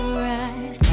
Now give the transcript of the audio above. right